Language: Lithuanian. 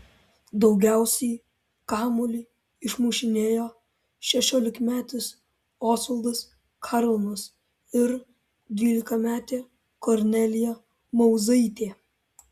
daugiausiai kamuolį išmušinėjo šešiolikmetis osvaldas karlonas ir dvylikametė kornelija mauzaitė